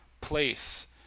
place